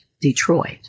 Detroit